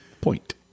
Point